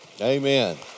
Amen